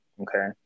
okay